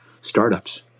startups